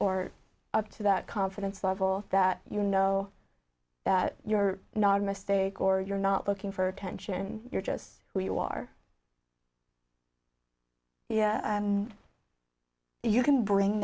or up to that confidence level that you know that you're not a mistake or you're not looking for attention you're just who you are yeah you can bring